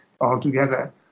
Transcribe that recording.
altogether